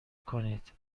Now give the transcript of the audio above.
کنید